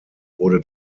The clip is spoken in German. wurde